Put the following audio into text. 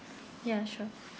ya sure